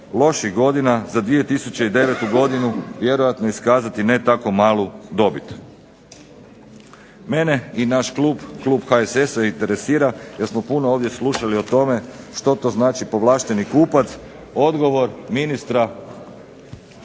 loših godina za 2009. godinu vjerojatno iskazati ne tako malu dobit. Mene i naš klub, klub HSS-a interesira jer smo puno ovdje slušali o tome što to znači povlašteni kupac. Odgovor ministra koji